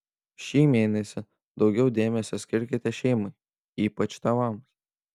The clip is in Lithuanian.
šį mėnesį daugiau dėmesio skirkite šeimai ypač tėvams